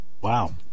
Wow